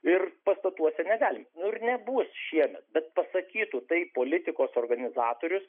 ir pastatuose negalim ir nebus šiemet bet pasakytų tai politikos organizatorius